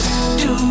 -do